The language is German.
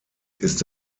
ist